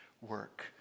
work